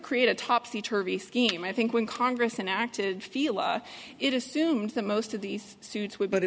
create a topsy turvy scheme i think when congress enacted feel it assumes that most of these suits would but it